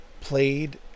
played